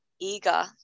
eager